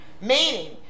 Meaning